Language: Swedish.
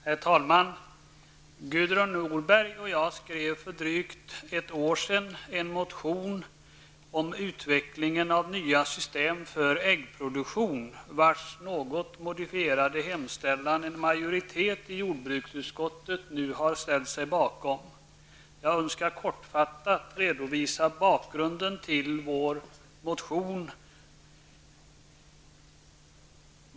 Herr talman! Gudrun Norberg och jag avgav för drygt ett år sedan en motion om utvecklingen av nya system för äggproduktion, vars något modifierade hemställan en majoritet i jordbruksutskotet nu har ställt sig bakom. Jag önskar kortfattat redovisa bakgrunden till motionen.